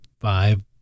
five